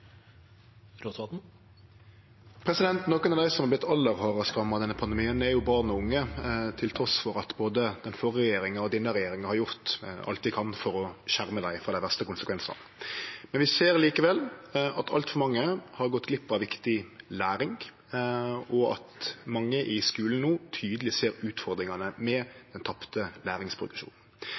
dei som har vorte aller hardast ramma av denne pandemien, er barn og unge, trass i at både den førre regjeringa og denne regjeringa har gjort alt vi kan for å skjerme dei for dei verste konsekvensane. Men vi ser likevel at altfor mange har gått glipp av viktig læring, og at mange i skulen no tydeleg ser utfordringane med den tapte